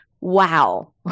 wow